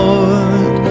Lord